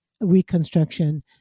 Reconstruction